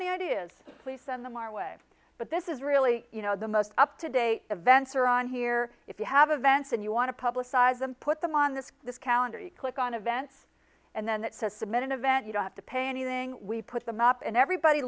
any ideas please send them our way but this is really the most up to date events around here if you have events and you want to publicize them put them on this this calendar you click on events and then that says submit an event you don't have to pay anything we put them up and everybody